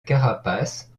carapace